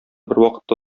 бервакытта